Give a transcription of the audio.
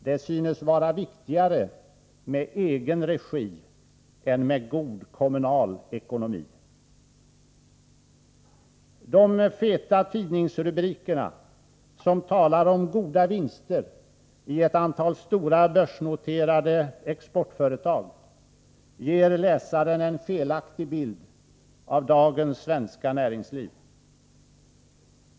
Det synes vara viktigare med egen regi än med god kommunal ekonomi. De feta tidningsrubrikerna som talar om goda vinster i ett antal stora börsnoterade exportföretag ger läsaren en felaktig bild av dagens svenska näringsliv.